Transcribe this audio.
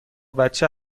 بچه